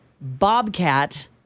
bobcat